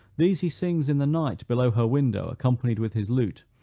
these he sings in the night below her window accompanied with his lute,